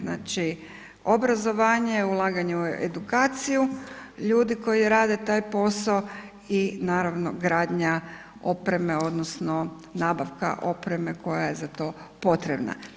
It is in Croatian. Znači obrazovanje, ulaganje u edukaciju, ljudi koji rade taj posao i naravno, gradnja opreme odnosno nabavka opreme koja je za to potrebna.